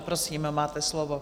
Prosím, máte slovo.